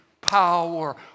power